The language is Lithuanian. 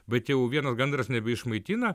bet jau vienas gandras nebeišmaitina